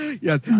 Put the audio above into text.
Yes